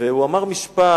והוא אמר משפט